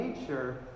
nature